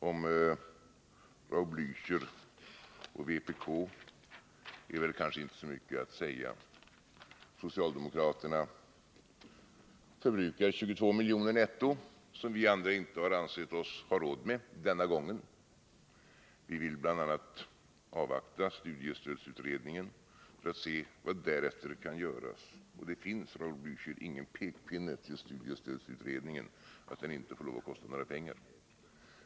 Om Raul Blächer och vpk är kanske inte så mycket att säga. Socialdemokraterna förbrukar 22 miljoner netto som vi andra inte har ansett oss ha råd med denna gång. Vi vill bl.a. avvakta studiestödsutredningen för att se vad som därefter kan göras. Det finns, Raul Blächer, ingen pekpinne till studiestödsutredningen att den inte får lov att kosta några pengar.